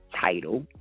title